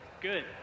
Good